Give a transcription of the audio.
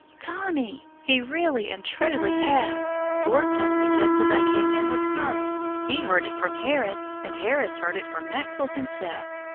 tommy he really and truly has. ford told me just as i came in with nurse. he heard it from harris, and harris heard it from maxwell himself.